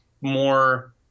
more